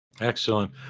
Excellent